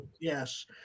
yes